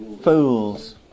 Fools